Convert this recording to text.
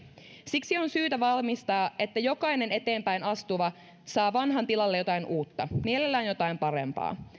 siksi on syytä varmistaa että jokainen eteenpäin astuva saa vanhan tilalle jotain uutta mielellään jotain parempaa